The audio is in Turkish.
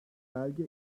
belge